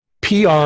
PR